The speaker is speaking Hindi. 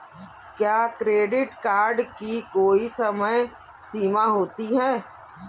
क्या क्रेडिट कार्ड की कोई समय सीमा होती है?